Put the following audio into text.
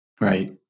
right